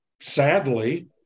Sadly